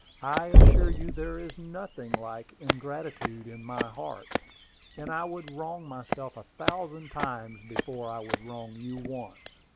i assure you there is nothing like ingratitude in my heart and i would wrong myself a thousand times before i would wrong you once.